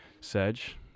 Serge